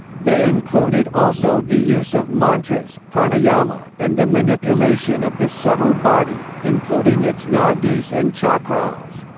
they included also the use of mantras, pranayama, and the manipulation of the subtle body, including its nadis and cakras.